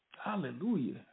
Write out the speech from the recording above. Hallelujah